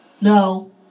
no